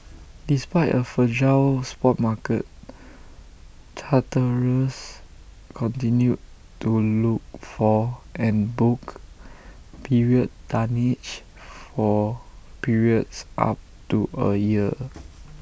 despite A fragile spot market charterers continued to look for and book period tonnage for periods up to A year